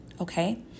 Okay